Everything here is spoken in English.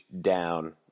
down